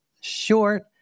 short